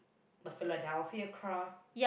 my Philadelphia Kraft